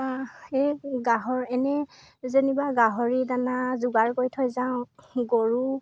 এই গাহৰী এনেই যেনিবা গাহৰি দানা যোগাৰ কৰি থৈ যাওঁ গৰু